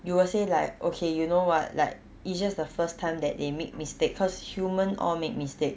you will say like okay you know what like it's just the first time that they make mistake cause human all make mistake